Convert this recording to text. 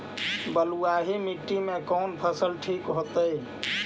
बलुआही मिट्टी में कौन फसल ठिक होतइ?